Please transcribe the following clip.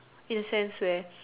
in a sense where